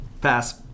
Pass